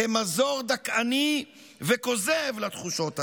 כמזור דכאני וכוזב לתחושות הללו.